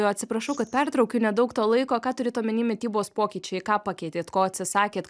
atsiprašau kad pertraukiu nedaug to laiko ką turit omeny mitybos pokyčiai ką pakeitėt ko atsisakėt